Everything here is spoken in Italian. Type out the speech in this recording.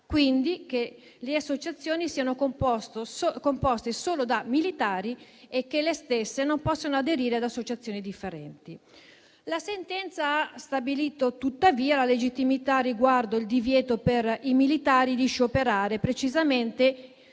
quindi che le associazioni siano composte solo da militari e che le stesse non possano aderire ad associazioni differenti. La sentenza ha stabilito, tuttavia, la legittimità riguardo al divieto per i militari di scioperare, precisamente